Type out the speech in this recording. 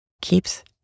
keeps